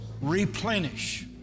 Replenish